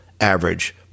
average